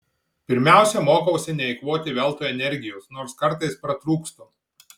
pirmiausia mokausi neeikvoti veltui energijos nors kartais pratrūkstu